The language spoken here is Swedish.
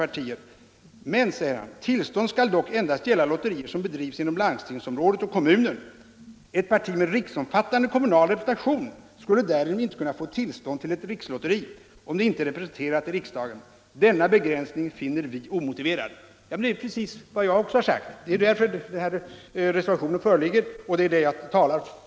Motionärerna fortsatte sedan så här: ”Tillstånd skall dock endast gälla lotterier som bedrivs inom lands :tingsområdet eller kommunen. Ett parti med riksomfattande kommunal representation skulle därigenom inte kunna få tillstånd till ett rikslotteri, om det inte är representerat i riksdagen. Denna begränsning finner vi omotiverad.” Det är precis vad jag också har sagt, och det är därför reservationen föreligger.